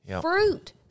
Fruit